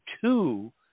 two